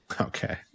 Okay